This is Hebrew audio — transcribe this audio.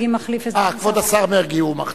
כבוד השר מרגי מחליף.